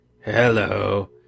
Hello